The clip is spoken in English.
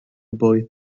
boy